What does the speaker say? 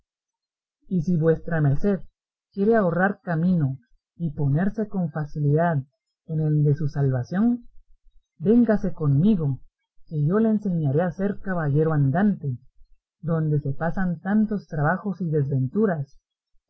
y si vuestra merced quiere ahorrar camino y ponerse con facilidad en el de su salvación véngase conmigo que yo le enseñaré a ser caballero andante donde se pasan tantos trabajos y desventuras